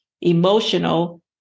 emotional